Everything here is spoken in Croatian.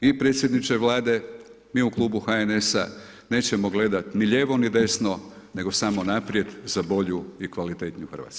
I predsjedniče Vlade, mi u Klubu HNS-a nećemo gledati ni lijevo ni desno, nego samo naprijed za bolju i kvalitetniju Hrvatsku.